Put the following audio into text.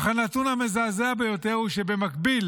אך הנתון המזעזע ביותר הוא שבמקביל